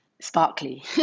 sparkly